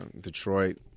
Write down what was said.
detroit